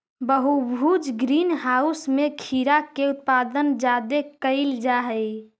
बहुभुज greenhouse में खीरा के उत्पादन जादे कयल जा हई